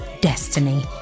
destiny